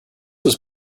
was